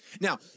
Now